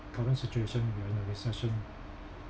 current situation we are in a recession